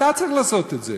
אתה צריך לעשות את זה.